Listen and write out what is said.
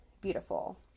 beautiful